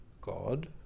God